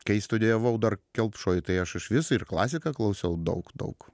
kai studijavau dar kelpšoj tai aš išvis ir klasiką klausiau daug daug